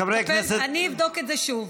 חברי הכנסת, אני אבדוק את זה שוב.